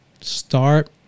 start